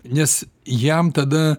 nes jam tada